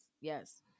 Yes